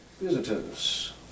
visitors